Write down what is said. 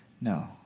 No